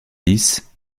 lisse